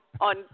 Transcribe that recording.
on